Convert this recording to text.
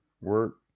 work